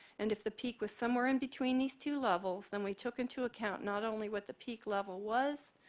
and if the peak was somewhere in between these two levels, then we took into account not only what the peak level was,